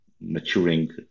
maturing